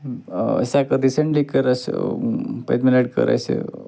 ٲں اسہِ ہسا کٔر ریٖسیٚنٛٹلی کٔر اسہِ پٔتمہِ لَٹہِ کٔر اسہِ ٲں